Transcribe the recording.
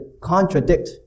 contradict